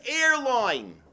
airline